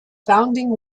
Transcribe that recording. founding